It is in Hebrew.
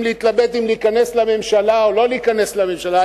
להתלבט אם להיכנס לממשלה או לא להיכנס לממשלה.